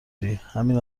ریهمین